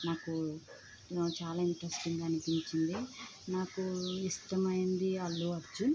నాకు చాలా ఇంట్రెస్టింగ్గా అనిపించింది నాకు ఇష్టమైంది అల్లు అర్జున్